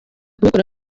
kubikora